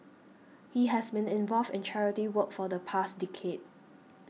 he has been involved in charity work for the past decade